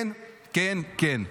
כן כן כן.